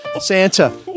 Santa